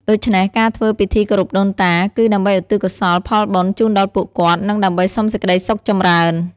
ដូច្នេះ ការធ្វើពិធីគោរពដូនតា គឺដើម្បីឧទ្ទិសកុសលផលបុណ្យជូនដល់ពួកគាត់ និងដើម្បីសុំសេចក្ដីសុខចម្រើន។